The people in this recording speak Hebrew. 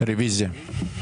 רוויזיה.